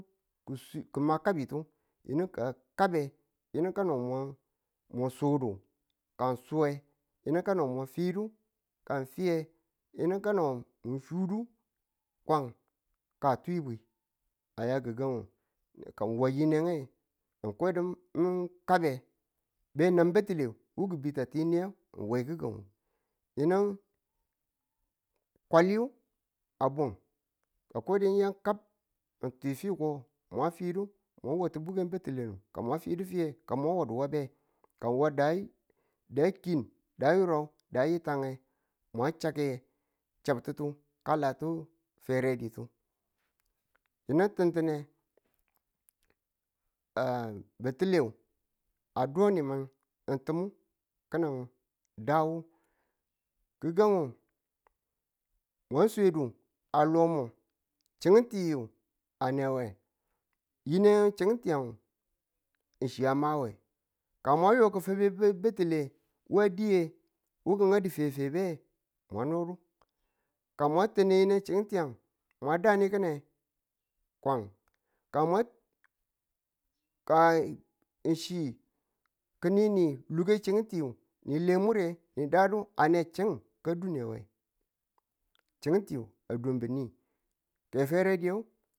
ng chi ki̱ma kabitu yinu ka a kabe yinu kano mwa mwu sudu ka ng su nge yinu kano mu fidu ka ng fiye, yinu kano mu sudu kwan ka twibi aya gi̱gang ka ng wa yineng ka kudo mwan kabe, be nam batile who ki̱beta tiniyu we kiku yinu kwali abun ka kwadu ng yan kab n twi fiko mwa fi̱do mwa watu bugen batulenu ka mwa fidu fiye, ka mwa wa duwabe nge ka ng wade da kiin da yurub da yitta nge mwa chike chabtutu ka la ti fereditu yinu ti̱ntine batile a do nimin ng ti̱min ki̱ning da wo gi̱gang mwa swedu a no mwu chingetiyu a newe yinen chiningti ng chi a mawe ka mwa yo kifibe batile wa diye wu kị nga du febe febe mwa nodo ka mwa tane yineng chinigntiyang mwa dani ki̱ne kwan ka mwa ka ng chi ki ni ni loke chingetiyu nile mure ni dadu a ne chin ka dune we chingetiyu a dudu nge we fere diyung.